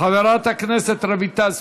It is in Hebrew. חברת הכנסת רויטל סויד,